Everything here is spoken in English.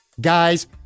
Guys